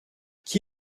qui